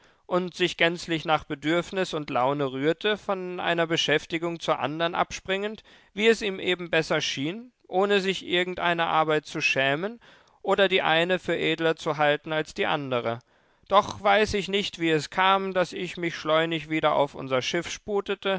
und sich gänzlich nach bedürfnis und laune rührte von einer beschäftigung zur andern abspringend wie es ihm eben besser schien ohne sich irgendeiner arbeit zu schämen oder die eine für edler zu halten als die andere doch weiß ich nicht wie es kam daß ich mich schleunig wieder auf unser schiff sputete